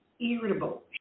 irritable